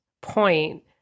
point